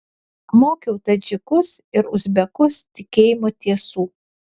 mokiau tadžikus ir uzbekus tikėjimo tiesų